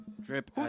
drip